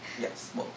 Yes